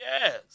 yes